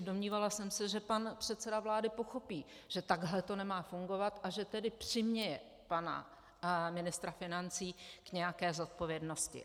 Domnívala jsem se, že pan předseda vlády pochopí, že takhle to nemá fungovat, a že tedy přiměje pana ministra financí k nějaké zodpovědnosti.